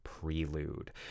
Prelude